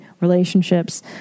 relationships